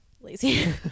lazy